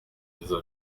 byiza